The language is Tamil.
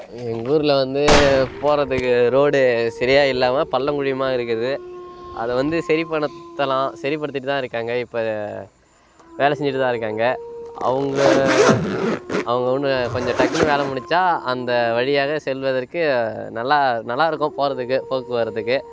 எங்கள் ஊரில் வந்து போகிறதுக்கு ரோடு சரியாக இல்லாமல் பள்ளம் குழியுமாக இருக்குது அதை வந்து சரிபடுத்தலாம் சரிபடுத்திகிட்டுதான் இருக்காங்க இப்போ வேலை செஞ்சுட்டுதான் இருக்காங்க அவங்க அவங்க இன்னும் கொஞ்சம் டக்குனு வேலை முடித்தா அந்த வழியாக செல்வதற்கு நல்லா நல்லா இருக்கும் போகிறதுக்கு போக்குவரத்துக்கு